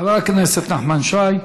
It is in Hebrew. חבר הכנסת נחמן שי,